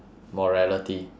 morality